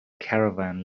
caravan